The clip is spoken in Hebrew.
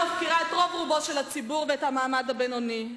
הממשלה הזו מפקירה את רוב-רובו של הציבור ואת המעמד הבינוני.